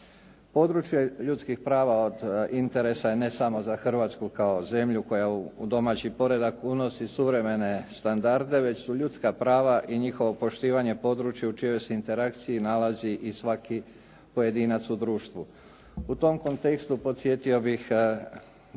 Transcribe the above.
Područje ljudskih prava od interesa je ne samo za Hrvatsku kao zemlju koja u domaći poredak unosi suvremene standarde, već su ljudska prava i njihovo poštivanje područje u čijoj se interakciji nalazi i svaki pojedinac u društvu. U tom kontekstu podsjetio bih